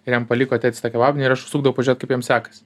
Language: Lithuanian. ir jam paliko tėtis tą kebabinę ir aš užsukdavau pažiūrėt kaip jam sekasi